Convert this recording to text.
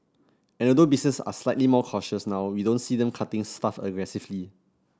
and although businesses are slightly more cautious now we don't see them cutting staff aggressively